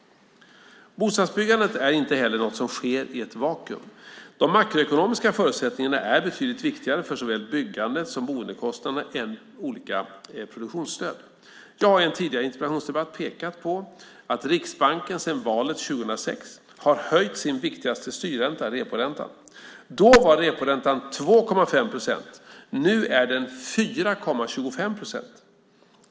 Bostadsbyggandet är inte heller något som sker i ett vakuum. De makroekonomiska förutsättningarna är betydligt viktigare för såväl byggandet som boendekostnaderna än olika produktionsstöd. Jag har i en tidigare interpellationsdebatt pekat på att Riksbanken sedan valet 2006 har höjt sin viktigaste styrränta - reporäntan. Då var reporäntan 2,5 procent, nu är den 4,25 procent.